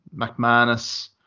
McManus